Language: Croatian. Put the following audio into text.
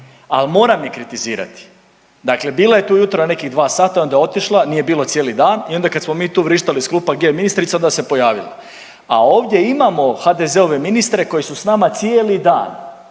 al moram i kritizirati. Dakle, tu ujutro nekih dva sata onda je otišla, nije je bilo cijeli dan i onda kad smo tu vrištali iz klupa gdje je ministrica onda se pojavila. A ovdje imamo HDZ-ove ministre koji su s nama cijeli dan